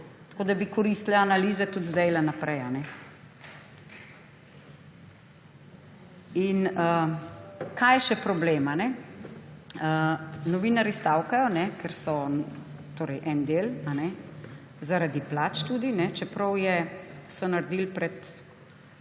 Tako da bi koristile analize tudi sedaj in naprej. Kaj je še problem? Novinarji stavkajo, en del, zaradi plač tudi, čeprav so naredili pred